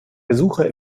versuche